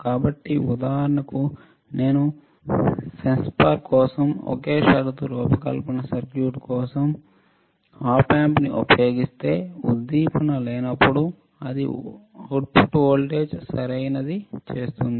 కాబట్టి ఉదాహరణకు నేను సెన్సార్ కోసం ఒకే షరతు రూపకల్పన సర్క్యూట్ కోసం op amp ని ఉపయోగిస్తే ఉద్దీపన లేనప్పుడు అది అవుట్పుట్ వోల్టేజ్ సరైనది చేస్తుంది